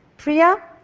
priya,